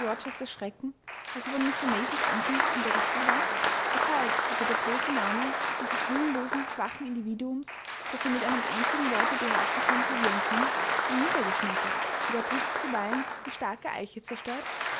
schrecken als er von mr masons ankunft unterichtet ward weshalb hatte der bloße name dieses willenlosen schwachen individuums das er mit einem einzigen worte beherrschen konnte wie ein kind ihn niedergeschmettert wie der blitz zuweilen die starke eiche zerstört